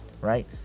right